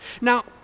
Now